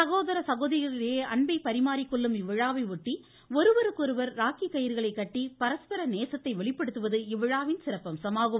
சகோதர சகோதரிகளிடையே பரிமாறிக் கொள்ளும் அன்பை இவ்விழாவையொட்டி ஒருவருக்கொருவர் ராக்கி கயிறுகளை கட்டி பரஸ்பர நேசத்தை வெளிப்படுத்துவது இவ்விழாவின் சிறப்பம்சமாகும்